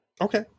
Okay